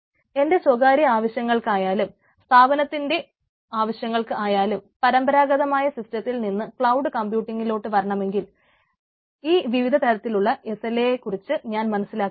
എന്റെ സ്വകാര്യ ആവശ്യങ്ങൾക്കായാലും സ്ഥാപനത്തിന്റെ ആവശ്യങ്ങൾക്ക് ആയാലും പരമ്പരാഗതമായ സിസ്റ്റത്തിൽ നിന്ന് ക്ലൌഡ് കമ്പ്യൂട്ടിങ്ങിലോട്ട് വരണമെങ്കിൽ ഈ വിവിധതരത്തിലുള്ള SLA യെക്കുറിച്ച് ഞാൻ മനസ്സിലാക്കിയിരിക്കണം